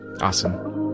Awesome